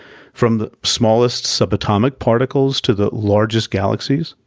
from the smallest subatomic particles to the largest galaxies.